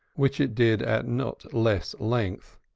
which it did at not less length,